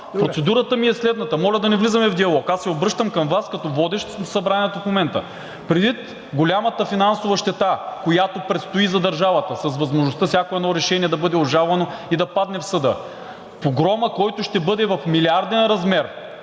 Процедурата ми е следната. Моля да не влизаме в диалог. Аз се обръщам към Вас като водещ на Събранието в момента. Предвид голямата финансова щета, която предстои за държавата с възможността всяко едно решение да бъде обжалвано и да падне в съда, погромът, който ще бъде в милиарден размер,